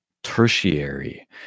Tertiary